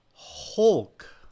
hulk